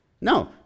No